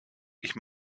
ich